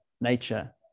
nature